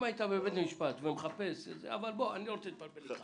אם היית מביא משפט - אבל אני לא רוצה להתפלפל אתך.